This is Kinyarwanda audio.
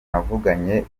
navuganye